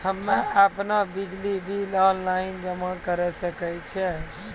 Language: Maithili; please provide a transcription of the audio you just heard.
हम्मे आपनौ बिजली बिल ऑनलाइन जमा करै सकै छौ?